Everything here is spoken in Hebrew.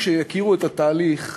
כשיכירו את התהליך,